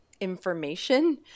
information